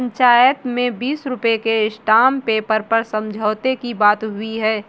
पंचायत में बीस रुपए का स्टांप पेपर पर समझौते की बात हुई है